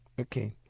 Okay